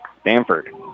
Stanford